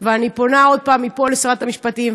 ואני פונה שוב מפה אל שרת המשפטים,